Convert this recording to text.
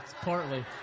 partly